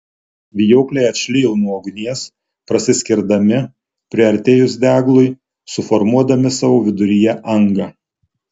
vijokliai atšlijo nuo ugnies prasiskirdami priartėjus deglui suformuodami savo viduryje angą